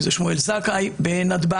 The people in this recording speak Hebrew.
אם זה שמואל זכאי בנתב"ג,